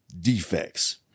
defects